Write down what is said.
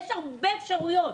יש הרבה אפשרויות,